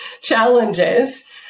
challenges